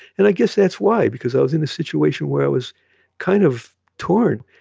and i guess that's why, because i was in a situation where i was kind of torn.